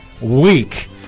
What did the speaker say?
week